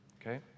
okay